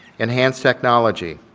enhanced technology.